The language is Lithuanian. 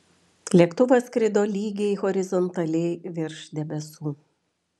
lėktuvas skrido lygiai horizontaliai virš debesų